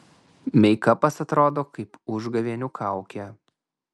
meikapas atrodo kaip užgavėnių kaukė